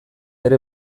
ere